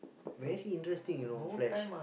very interesting you know flash